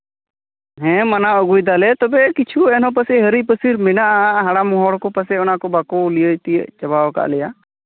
ᱦᱮᱸ ᱢᱟᱱᱟᱣ ᱟᱹᱜᱩᱭᱫᱟᱞᱮ ᱛᱚᱵᱮ ᱠᱤᱪᱷᱩ ᱮᱱᱦᱚᱸ ᱯᱟᱥᱮᱡ ᱦᱤᱨᱤᱡ ᱯᱟᱹᱥᱤᱨ ᱦᱮᱱᱟᱜᱼᱟ ᱦᱟᱲᱟᱢ ᱦᱚᱲ ᱠᱚ ᱯᱟᱥᱮᱡ ᱵᱟᱠᱚ ᱞᱟᱹᱭ ᱛᱤᱭᱳᱜ ᱪᱟᱵᱟᱣ ᱠᱟᱜ ᱞᱮᱭᱟ